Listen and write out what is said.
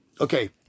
Okay